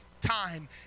time